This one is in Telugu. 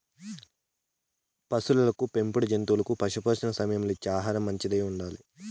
పసులకు పెంపుడు జంతువులకు పశుపోషణ సమయంలో ఇచ్చే ఆహారం మంచిదై ఉండాలి